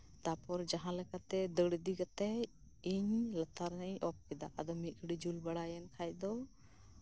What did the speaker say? ᱛᱟᱯᱚᱨ ᱡᱟᱸᱦᱟ ᱞᱮᱠᱟᱛᱮ ᱫᱟᱹᱲ ᱤᱫᱤ ᱠᱟᱛᱮᱜ ᱤᱧ ᱞᱟᱛᱟᱨ ᱨᱮᱱᱟᱜ ᱤᱧ ᱚᱯᱷ ᱠᱮᱫᱟ ᱟᱫᱚ ᱢᱤᱫ ᱜᱷᱟᱹᱲᱤᱡ ᱡᱩᱞ ᱵᱟᱲᱟᱭᱮᱱ ᱠᱷᱟᱱ ᱫᱚ